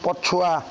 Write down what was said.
ପଛୁଆ